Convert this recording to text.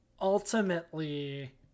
ultimately